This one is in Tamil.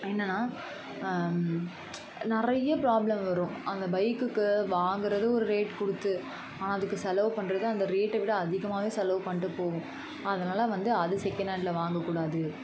என்னென்னா நிறைய ப்ராப்ளம் வரும் அந்த பைக்குக்கு வாங்குகிறது ஒரு ரேட் கொடுத்து ஆனால் அதுக்கு செலவு பண்ணுறது அந்த ரேட்டை விட அதிகமாகவே செலவு பண்ணிட்டு போவோம் அதனால் வந்து அது செகண்ட் ஹேண்ட்ல வாங்கக்கூடாது